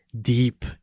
deep